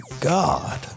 god